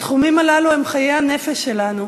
התחומים הללו הם חיי הנפש שלנו,